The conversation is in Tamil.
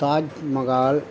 தாஜ்மஹால்